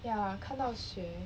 ya 看到血